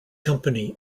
company